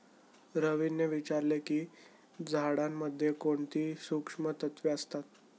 रवीने विचारले की झाडांमध्ये कोणती सूक्ष्म तत्वे असतात?